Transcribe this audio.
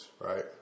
right